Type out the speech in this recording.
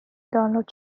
دانلود